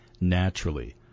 naturally